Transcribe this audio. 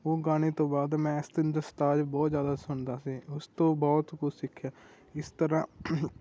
ਉਹ ਗਾਣੇ ਤੋਂ ਬਾਅਦ ਮੈਂ ਸਤਿੰਦਰ ਸਰਤਾਜ ਬਹੁਤ ਜ਼ਿਆਦਾ ਸੁਣਦਾ ਸੀ ਉਸ ਤੋਂ ਬਹੁਤ ਕੁਝ ਸਿੱਖਿਆ ਇਸ ਤਰ੍ਹਾਂ